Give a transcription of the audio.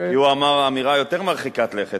שאמר אמירה יותר מרחיקת לכת.